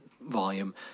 volume